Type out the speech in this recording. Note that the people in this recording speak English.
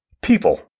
People